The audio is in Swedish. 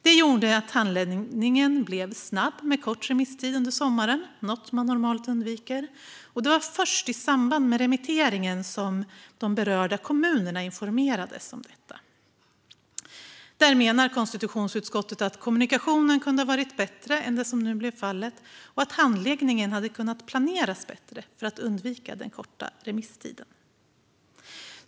Det gjorde att handläggningen blev snabb med kort remisstid under sommaren, något som man normalt undviker. Det var först i samband med remitteringen som de berörda kommunerna informerades om detta. Där menar konstitutionsutskottet att kommunikationen kunde ha varit bättre än vad som nu blev fallet och att handläggningen hade kunnat planeras bättre för att undvika den korta remisstiden.